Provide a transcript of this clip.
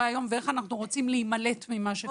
היום ואיך אנחנו רוצים להימלט ממה שקורה היום.